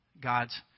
God's